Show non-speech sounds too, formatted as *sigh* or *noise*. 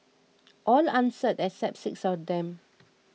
*noise* all answered except six of them